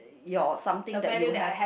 your something that you have